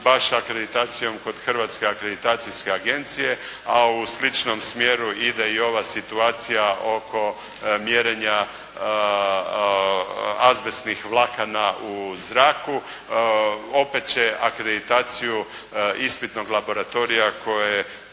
baš akreditacijom kod Hrvatske akreditacijske agencije, a u sličnom smjeru ide i ova situacija oko mjerenja azbestnih vlakana u zraku. Opet će akreditaciju ispitnog laboratorija koje